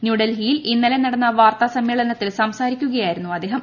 ന്യൂഡൽഹിയിൽ ഇന്നലെ നടന്ന വാർത്താസമ്മേളനത്തിൽ സംസാരിക്കുകയായിരുന്നു അദ്ദേഹം